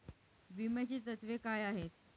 विम्याची तत्वे काय आहेत?